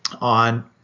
on